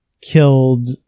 killed